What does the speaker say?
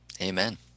Amen